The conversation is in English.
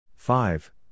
Five